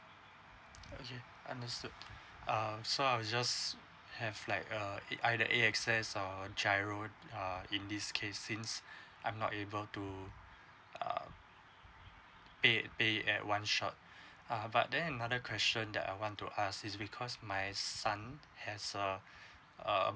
okay I'm so um so I'll just have like a it either a access err giro uh uh in this case since I'm not able to uh eh eh at one shot uh but then another question that I want to us is because my son has uh uh